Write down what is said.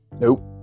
nope